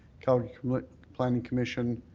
calgary planning commission